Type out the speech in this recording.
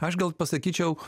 aš gal pasakyčiau